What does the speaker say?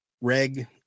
reg